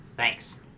Thanks